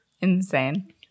insane